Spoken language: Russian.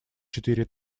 четыре